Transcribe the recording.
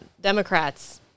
Democrats